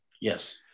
Yes